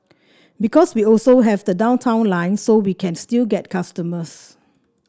because we also have the Downtown Line so we can still get customers